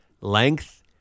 Length